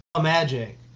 Magic